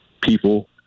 people